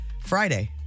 Friday